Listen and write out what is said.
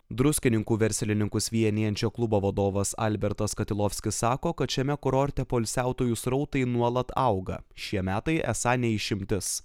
druskininkų verslininkus vienijančio klubo vadovas albertas katilovskis sako kad šiame kurorte poilsiautojų srautai nuolat auga šie metai esą ne išimtis